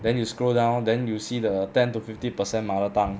then you scroll down then you see the ten to fifty percent mother tongue